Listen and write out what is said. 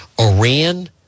Iran